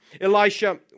Elisha